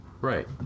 Right